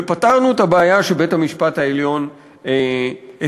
ופתרנו את הבעיה שבית-המשפט העליון הציג.